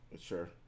sure